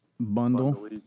Bundle